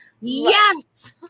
Yes